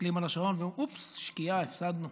מסתכלים על השעון ואומרים: אופס, שקיעה, הפסדנו.